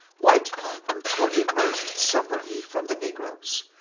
white converts were immersed separately from the negroes,